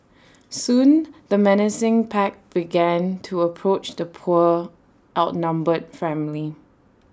soon the menacing pack began to approach the poor outnumbered family